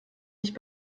nicht